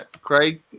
craig